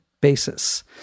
basis